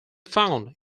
found